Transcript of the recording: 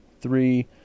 three